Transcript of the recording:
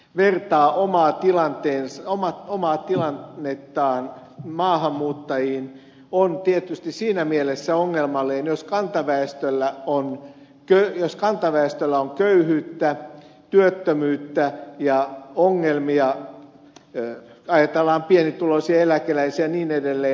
virkaa että kantaväestö vertaa omaa tilannettaan maahanmuuttajiin on tietysti siinä mielessä ongelmallinen jos kantaväestöllä on köyhyyttä työttömyyttä ja ongelmia ajatellaan pienituloisia eläkeläisiä ja niin edelleen